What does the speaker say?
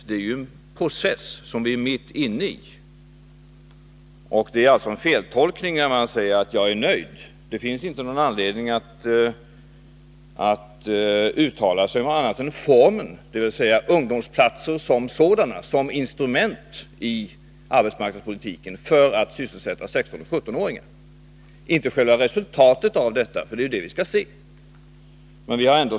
Det är en process som vi är mitt inne i. Det är en feltolkning när man säger att jag är nöjd. Det finns ingen anledning att uttala sig om något annat än formen, dvs. ungdomsplatser som instrument i arbetsmarknadspolitiken för att sysselsätta 16-17-åringar. Sedan får vi se senare vad resultatet av det blir.